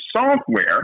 software